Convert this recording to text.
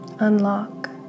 Unlock